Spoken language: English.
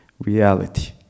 reality